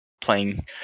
playing